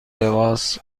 لباس